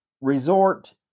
resort